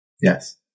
Yes